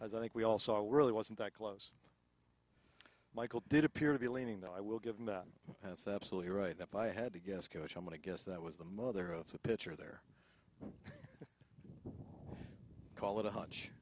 as i think we all saw it really wasn't that close michael did appear to be leaning though i will give him that that's absolutely right that if i had to guess coach i'm going to guess that was the mother of the pitcher there call it a hunch